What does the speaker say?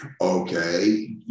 okay